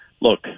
look